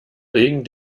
regen